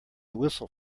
whistle